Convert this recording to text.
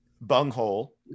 bunghole